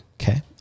Okay